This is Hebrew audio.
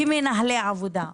כמנהלי עבודה,